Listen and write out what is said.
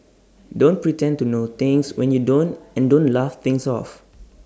don't pretend to know things when you don't and don't laugh things off